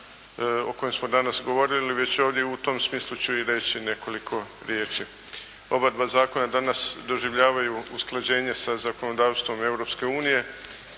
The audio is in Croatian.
o kojem smo danas govorili već ovdje u tom smislu ću i reći nekoliko riječi. Oba dva zakona danas doživljavaju usklađenje sa zakonodavstvom Europske unije